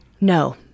No